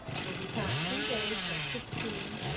so we count three days from sixteen.